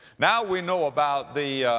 now we know about the,